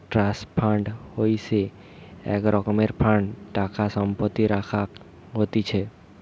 trust fund হইসে এক রকমের ফান্ড টাকা সম্পত্তি রাখাক হতিছে